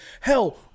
hell